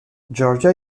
georgia